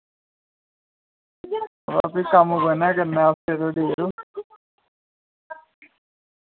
बाऽ भी कम्म कु'नें करना दूर